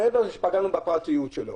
מעבר לזה שפגענו בפרטיות שלו.